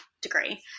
degree